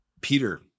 Peter